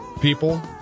people